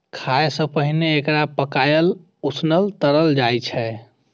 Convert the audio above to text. खाय सं पहिने एकरा पकाएल, उसनल, तरल जाइ छै